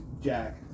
Jack